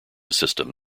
system